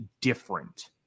different